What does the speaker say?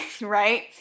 Right